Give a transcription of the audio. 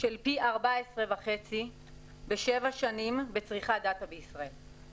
של פי 14.5 בשבע שנים בצריכת דאטה בישראל.